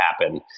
happen